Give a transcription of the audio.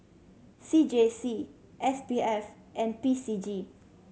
C J C S P F and P C G